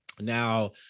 Now